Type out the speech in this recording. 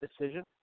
decision